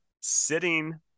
sitting